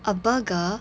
a burger